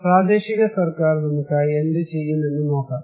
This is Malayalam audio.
പ്രാദേശിക സർക്കാർ നമുക്കായി എന്തുചെയ്യും എന്ന് നോക്കാം